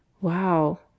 Wow